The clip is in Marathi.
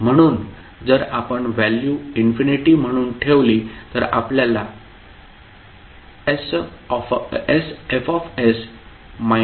म्हणून जर आपण व्हॅल्यू इन्फिनिटी म्हणून ठेवली तर आपल्याला sFs f00 मिळते